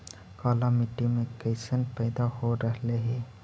काला मिट्टी मे कैसन पैदा हो रहले है?